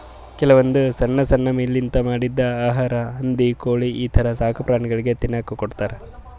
ಕೆಲವೊಂದ್ ಸಣ್ಣ್ ಸಣ್ಣ್ ಮೀನಾಲಿಂತ್ ಮಾಡಿದ್ದ್ ಆಹಾರಾ ಹಂದಿ ಕೋಳಿ ಈಥರ ಸಾಕುಪ್ರಾಣಿಗಳಿಗ್ ತಿನ್ನಕ್ಕ್ ಕೊಡ್ತಾರಾ